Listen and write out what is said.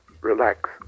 Relax